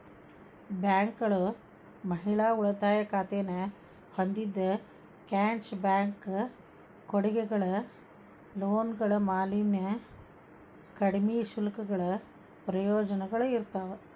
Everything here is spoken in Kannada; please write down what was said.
ಬ್ಯಾಂಕ್ಗಳು ಮಹಿಳಾ ಉಳಿತಾಯ ಖಾತೆನ ಹೊಂದಿದ್ದ ಕ್ಯಾಶ್ ಬ್ಯಾಕ್ ಕೊಡುಗೆಗಳ ಲೋನ್ಗಳ ಮ್ಯಾಲಿನ ಕಡ್ಮಿ ಶುಲ್ಕಗಳ ಪ್ರಯೋಜನಗಳ ಇರ್ತಾವ